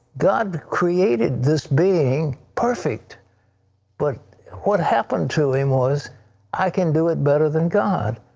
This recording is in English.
god created this being perfect but what happened to him was i can do it better than god.